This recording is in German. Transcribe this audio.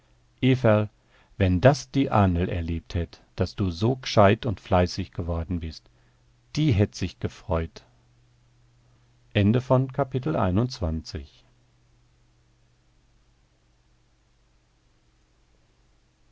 everl wenn das die ahnl erlebt hätt daß du so g'scheit und fleißig geworden bist die hätt sich gefreut